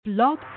Blog